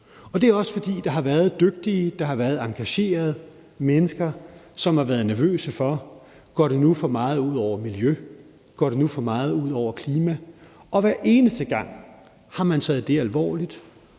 Og det er også, fordi der har været dygtige og engagerede mennesker, som har været nervøse for, om det nu ville gå for meget ud over miljøet og klimaet, og hver eneste gang har man taget det alvorligt,